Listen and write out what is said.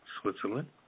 Switzerland